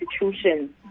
institutions